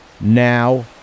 Now